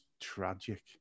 tragic